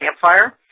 campfire